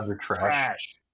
Trash